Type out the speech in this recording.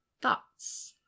thoughts